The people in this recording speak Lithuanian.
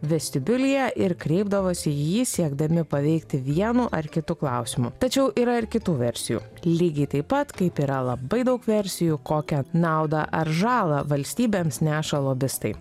vestibiulyje ir kreipdavosi į jį siekdami paveikti vienu ar kitu klausimu tačiau yra ir kitų versijų lygiai taip pat kaip yra labai daug versijų kokią naudą ar žalą valstybėms neša lobistai